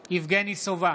סובה,